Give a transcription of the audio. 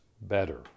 better